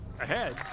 Ahead